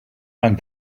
and